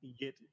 get